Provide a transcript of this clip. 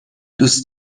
دوست